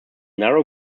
narrow